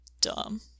dumb